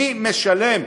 מי משלם?